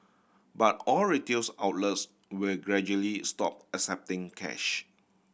but all retails outlets will gradually stop accepting cash